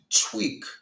tweak